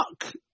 fuck